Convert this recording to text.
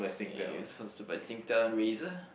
they used also by Singtel Razer